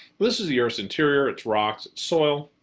this is the earth's interior, its rocks, its soil.